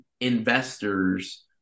investors